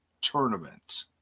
tournament